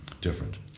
different